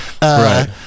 Right